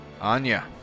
Anya